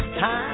Time